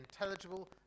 intelligible